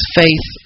faith